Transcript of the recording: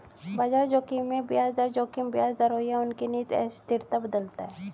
बाजार जोखिम में ब्याज दर जोखिम ब्याज दरों या उनके निहित अस्थिरता बदलता है